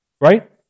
Right